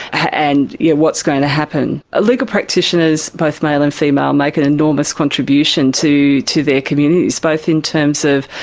and yes, yeah what's going to happen? ah legal practitioners, both male and female, make an enormous contribution to to their communities both in terms of,